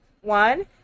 One